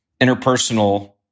interpersonal